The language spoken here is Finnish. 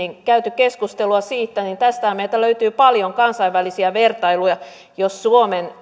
käyty keskustelua niin tästähän meiltä löytyy paljon kansainvälisiä vertailuja jos suomen